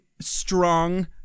strong